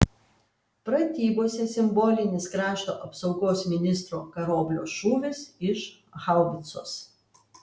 pratybose simbolinis krašto apsaugos ministro karoblio šūvis iš haubicos